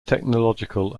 technological